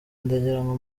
ndagirango